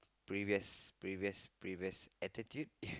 previous previous previous attitude